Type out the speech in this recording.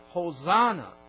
Hosanna